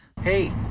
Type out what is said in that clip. Hey